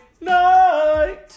night